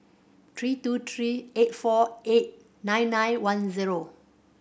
three two three eight four eight nine nine one zero